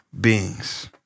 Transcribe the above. beings